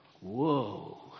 whoa